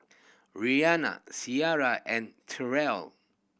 Rhianna Sariah and Tyrell